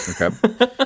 Okay